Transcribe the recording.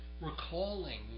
recalling